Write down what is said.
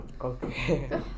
Okay